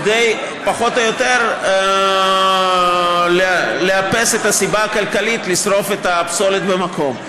כדי פחות או יותר לאפס את הסיבה הכלכלית לשרוף את הפסולת במקום.